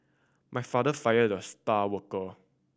my father fired the star worker